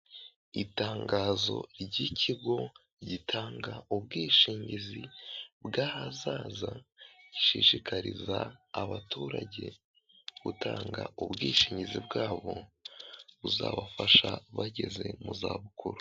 Itangazo ry'ikigo gitanga ubwishingizi bw'ahazaza, gishishikariza abaturage gutanga ubwishingizi bwabo buzabafasha bageze mu zabukuru.